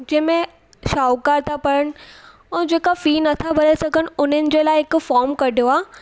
जंहिंमें शाहूकार था पढ़नि ऐं जेका फी नथा भरे सघनि उन्हनि जे लाइ हिकु फॉर्म कढियो आहे